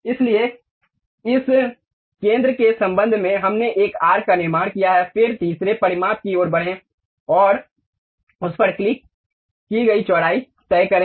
इसलिए इस केंद्र के संबंध में हमने एक आर्क का निर्माण किया है फिर तीसरे परिमाप की ओर बढ़ें और उस पर क्लिक की गई चौड़ाई तय करें